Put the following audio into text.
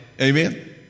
Amen